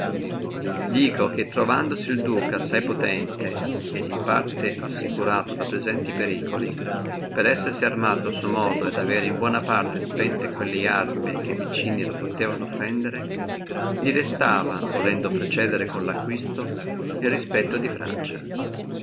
dico che trovandosi el duca assai potente et in parte assicurato de presenti periculi per essersi armato a suo modo e avere in buona parte spente quelle arme che vicine lo potevano offendere li restava volendo procedere con lo acquisto el respetto del re di